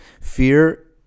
Fear